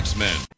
X-Men